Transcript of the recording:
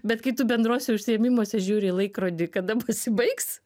bet kai tu bendruose užsiėmimuose žiūri į laikrodį kada pasibaigs